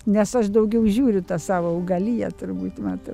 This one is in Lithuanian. nes aš daugiau žiūriu tą savo augaliją turbūt matau